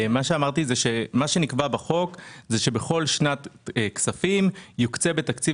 מה שנקבע בחוק זה שבכל שנת כספים יוקצה בתקציב